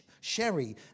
Sherry